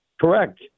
Correct